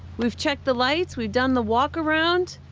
we've checked the lights, we've done the walk-around,